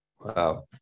Wow